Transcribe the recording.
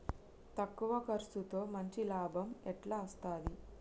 తక్కువ కర్సుతో మంచి లాభం ఎట్ల అస్తది?